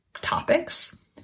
topics